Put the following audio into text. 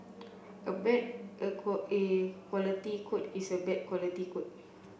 a bad a quality code is a bad quality code